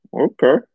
Okay